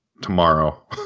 tomorrow